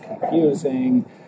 confusing